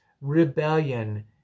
rebellion